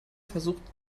versucht